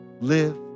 live